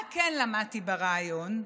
מה כן למדתי בריאיון?